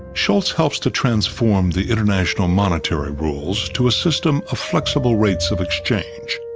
shultz helps to transform the international monetary rules to a system of flexible rates of exchange.